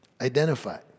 Identify